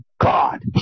God